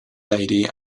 lady